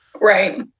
Right